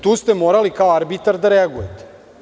Tu ste morali kao arbitar da reagujete.